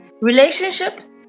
relationships